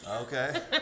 Okay